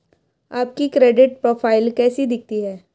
आपकी credit profile कैसी दिखती है?